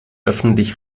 öffentlich